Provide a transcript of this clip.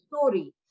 story